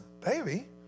baby